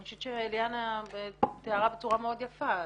אני חושבת שליאנה תיארה בצורה מאוד יפה,